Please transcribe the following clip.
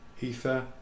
Ether